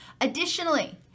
additionally